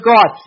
God